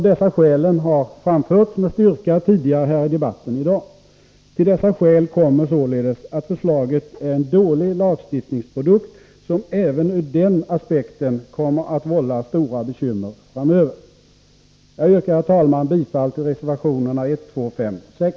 Dessa skäl har framförts med styrka tidigare här i debatten i dag. Till dessa skäl kommer således att förslaget är en dålig lagstiftningsprodukt, som även ur den aspekten kommer att vålla stora bekymmer framöver. Jag yrkar, herr talman, bifall till reservationerna 1, 2, 5 och 6.